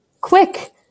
Quick